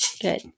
Good